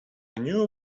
new